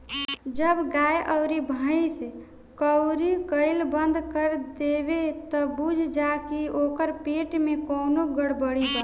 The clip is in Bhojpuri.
जब गाय अउर भइस कउरी कईल बंद कर देवे त बुझ जा की ओकरा पेट में कवनो गड़बड़ी बा